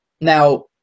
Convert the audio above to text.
now